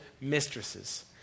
mistresses